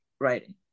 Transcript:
writing